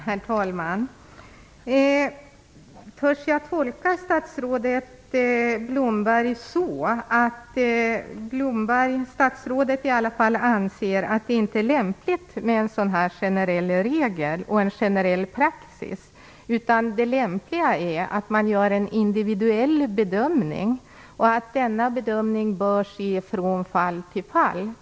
Herr talman! Törs jag tolka statsrådet Blomberg så, att statsrådet i alla fall anser att det inte är lämpligt med en sådan här generell regel och en generell praxis, utan att det lämpliga är att man gör en individuell bedömning och att denna bedömning bör ske från fall till fall?